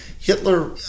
Hitler